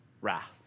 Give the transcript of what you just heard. wrath